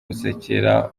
gusekera